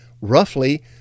roughly